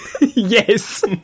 Yes